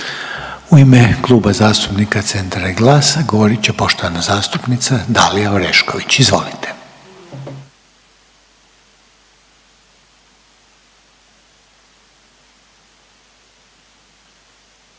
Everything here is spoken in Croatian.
U ime Kluba zastupnika Centra i GLAS-a govorit će poštovana zastupnica Dalija Orešković, izvolite.